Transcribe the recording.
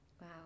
Wow